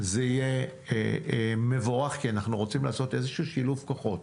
זה יהיה מבורך כי אנחנו רוצים לעשות איזשהו שילוב כוחות.